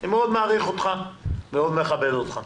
אני מאוד מעריך אותך, מאוד מכבד אותך.